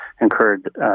incurred